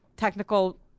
Technical